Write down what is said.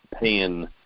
paying